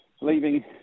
leaving